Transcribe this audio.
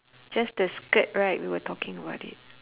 just the skirt right we were talking about it